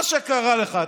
מה שקרה לך,